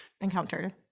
encountered